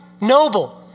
noble